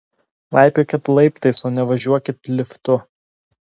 laipiokit laiptais o ne važiuokit liftu